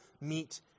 Meet